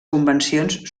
convencions